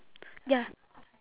ya